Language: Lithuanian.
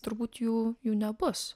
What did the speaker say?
turbūt jų jų nebus